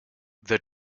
the